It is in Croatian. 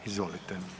Izvolite.